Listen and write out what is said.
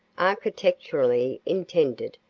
architecturally intended,